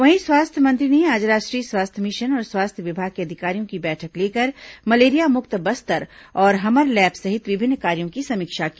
वहीं स्वास्थ्य मंत्री ने आज राष्ट्रीय स्वास्थ्य मिशन और स्वास्थ्य विभाग के अधिकारियों की बैठक लेकर मलेरिया मुक्त बस्तर और हमर लैब सहित विभिन्न कार्यों की समीक्षा की